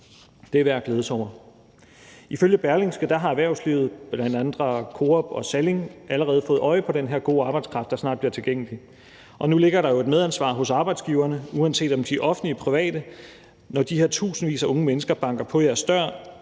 Det er værd at glæde sig over. Ifølge Berlingske har erhvervslivet, bl.a. Coop og Salling, allerede fået øje på den her gode arbejdskraft, der snart bliver tilgængelig. Og nu ligger der jo et medansvar hos arbejdsgiverne, uanset om de er offentlige eller private. Når de her tusindvis af unge mennesker banker på jeres dør,